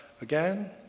again